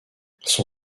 son